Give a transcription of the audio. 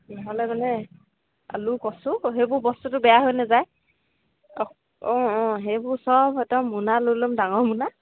নহ'লে মানে আলু কচু সেইবোৰ বস্তুটো বেয়া হৈ নেযায় অঁ অঁ অঁ সেইবোৰ চব এটা মোনা লৈ ল'ম ডাঙৰ মোনা